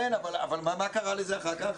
כן, אבל מה קרה לזה אחר כך?